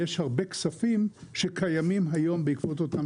יש הרבה כספים שקיימים היום בעקבות אותם